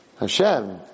Hashem